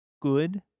good